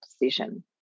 decision